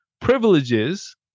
privileges